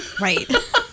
Right